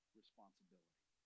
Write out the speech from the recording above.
responsibility